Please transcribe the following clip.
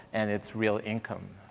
and it's real income.